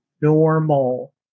normal